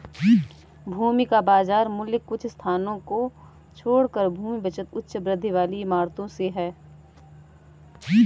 भूमि का बाजार मूल्य कुछ स्थानों को छोड़कर भूमि बचत उच्च वृद्धि वाली इमारतों से है